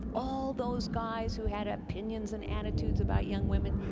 all those guys who had opinions and attitudes about young women,